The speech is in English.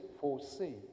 foresee